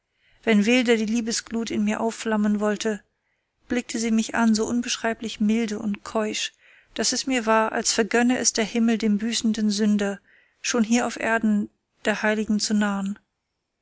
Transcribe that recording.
wenn wilder die liebesglut in mir aufflammen wollte blickte sie mich an so unbeschreiblich milde und keusch daß es mir war als vergönne es der himmel dem büßenden sünder schon hier auf erden der heiligen zu nahen